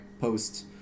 post